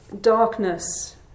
darkness